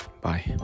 bye